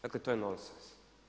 Dakle, to je nonsens.